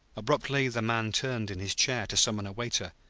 abruptly the man turned in his chair to summon a waiter,